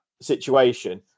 situation